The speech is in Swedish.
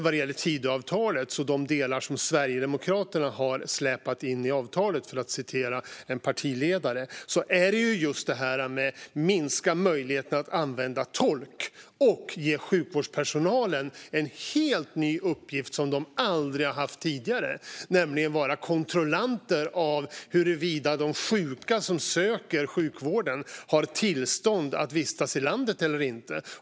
Vad gäller Tidöavtalet är de delar som Sverigedemokraterna har "släpat in" i avtalet, för att citera en partiledare, just att minska möjligheten att använda tolk och ge sjukvårdspersonalen en helt ny uppgift som de aldrig har haft tidigare, nämligen att vara kontrollanter av huruvida de som söker sjukvård har tillstånd att vistas i landet eller inte.